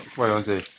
what you want say